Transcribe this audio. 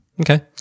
Okay